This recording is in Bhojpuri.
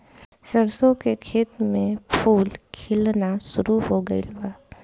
सरसों के खेत में फूल खिलना शुरू हो गइल बा